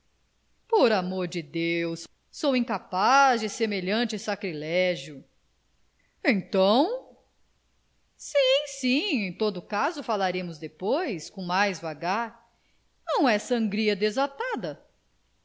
pelo amor de deus sou incapaz de semelhante sacrilégio então sim sim em todo o caso falaremos depois com mais vagar não é sangria desatada